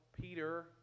Peter